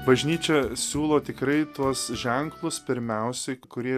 bažnyčia siūlo tikrai tuos ženklus pirmiausiai kurie